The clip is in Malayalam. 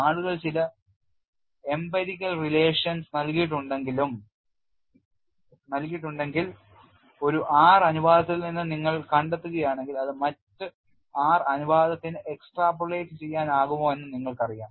ആളുകൾ ചില അനുഭവപരമായ ബന്ധം നൽകിയിട്ടുണ്ടെങ്കിൽ ഒരു R അനുപാതത്തിൽ നിന്ന് നിങ്ങൾ കണ്ടെത്തുകയാണെങ്കിൽ അത് മറ്റ് R അനുപാതത്തിനു എക്സ്ട്രാപോളേറ്റ് ചെയ്യാനാകുമോ എന്ന് നിങ്ങൾക്കറിയാം